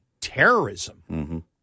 terrorism